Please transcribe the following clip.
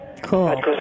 Cool